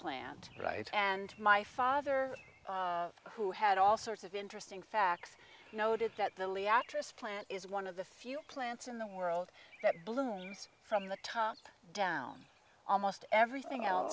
plant right and my father who had all sorts of interesting facts noted that the lee actress plant is one of the few plants in the world that blooms from the top down almost everything else